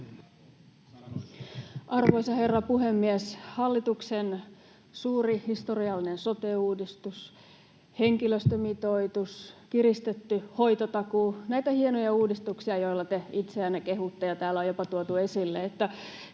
Arvoisa herra puhemies! Hallituksen suuri, historiallinen sote-uudistus, henkilöstömitoitus, kiristetty hoitotakuu — näitä hienoja uudistuksia, joilla te itseänne kehutte. Täällä on jopa tuotu esille, että